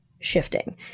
Shifting